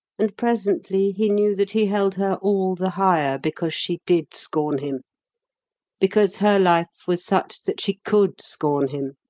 and presently he knew that he held her all the higher because she did scorn him because her life was such that she could scorn him